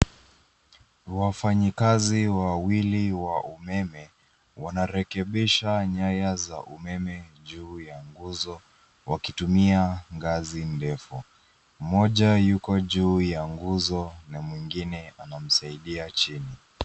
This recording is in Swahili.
Wafanyikazi wawili wa umeme wanarekebisha nyaya za umeme juu ya nguzo wakitumia ngazi ndefu. Mmoja yuko juu ya nguzo na mwengine anamsaidia chini.